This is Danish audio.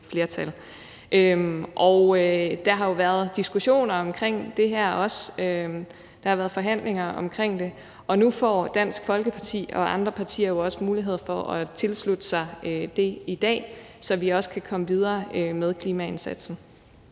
Der har jo også været diskussioner og forhandlinger om det her, og nu får Dansk Folkeparti og andre partier jo også mulighed for at tilslutte sig det i dag, så vi kan komme videre med klimaindsatsen.